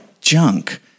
junk